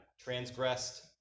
transgressed